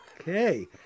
Okay